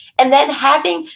and then having,